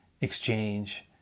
exchange